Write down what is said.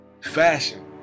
fashion